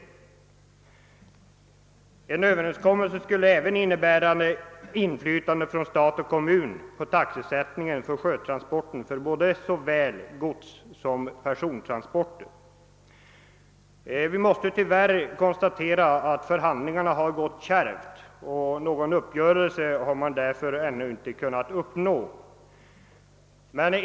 En överenskommelse skulle även innebära inflytande för stat och kommun på taxesättningen för sjötransporten av såväl gods som persontransporter. Vi måste tyvärr konstatera att förhandlingarna har gått kärvt och att någon uppgörelse därför ännu inte kunnat uppnås.